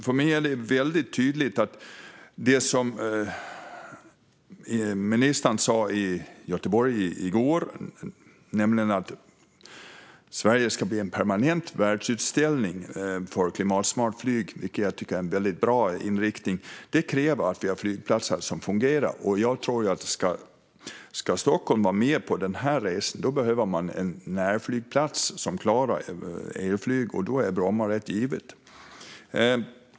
För mig är det tydligt att det som ministern sa i Göteborg i går, nämligen att Sverige ska bli en permanent världsutställning för klimatsmart flyg, vilket jag tycker är en bra inriktning, kräver att vi har flygplatser som fungerar. Jag tror att om Stockholm ska vara med på den resan behöver man en närflygplats som klarar elflyg, och då är Bromma flygplats rätt given.